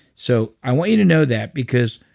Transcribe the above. so, i want you to know that because